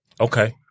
Okay